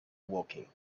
woking